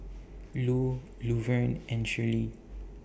Lu Luverne and Shirlie